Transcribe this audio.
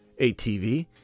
ATV